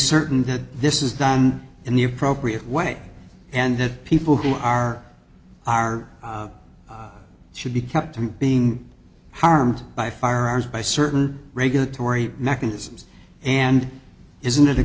certain that this is done in the appropriate way and that people who are are should be kept from being harmed by firearms by certain regulatory mechanisms and isn't it a